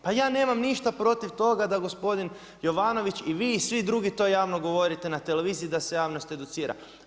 Pa ja nemam ništa protiv toga da gospodin Jovanović i vi svi drugi to javno govorite na televiziji da se javnost educira.